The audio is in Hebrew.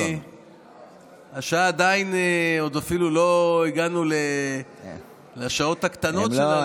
עוד אפילו לא הגענו לשעות הקטנות של הלילה,